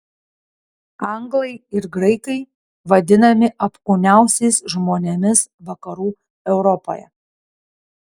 anglai ir graikai vadinami apkūniausiais žmonėmis vakarų europoje